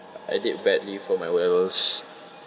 I did badly for my O levels